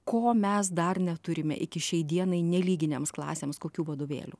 ko mes dar neturime iki šiai dienai nelyginėms klasėms kokių vadovėlių